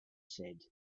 said